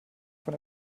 von